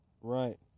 Right